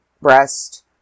breast